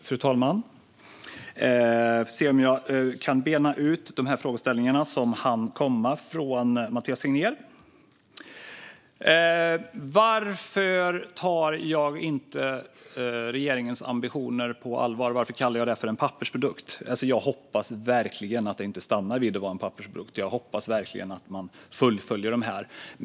Fru talman! Varför tar jag inte regeringens ambitioner på allvar och kallar dem en pappersprodukt? Jag hoppas verkligen att det inte stannar vid en pappersprodukt utan att man fullföljer detta.